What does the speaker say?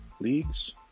leagues